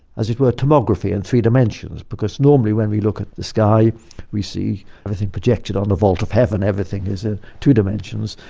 as it were, tomography and three dimensions, because normally when we look at the sky we see everything projected on the vault of heaven, everything is in two dimensions,